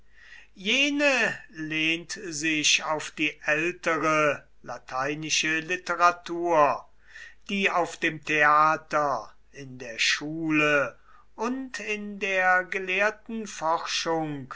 jene lehnt sich auf die ältere lateinische literatur die auf dem theater in der schule und in der gelehrten forschung